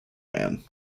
man